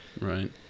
Right